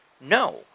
no